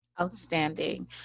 Outstanding